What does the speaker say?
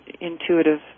intuitive